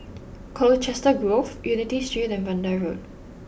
Colchester Grove Unity Street and Vanda Road